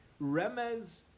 Remez